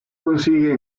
consigue